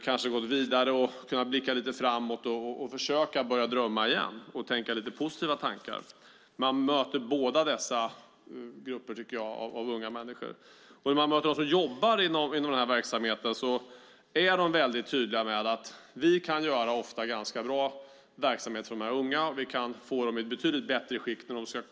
De har gått vidare, kan blicka framåt och har börjat drömma och tänka positiva tankar. De som jobbar inom verksamheten vet att de kan göra bra saker för de unga och få dem i bättre skick.